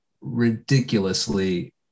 ridiculously